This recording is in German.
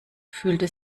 fühlte